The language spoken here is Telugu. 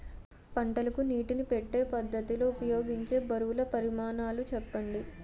పంటలకు నీటినీ పెట్టే పద్ధతి లో ఉపయోగించే బరువుల పరిమాణాలు చెప్పండి?